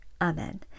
Amen